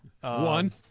One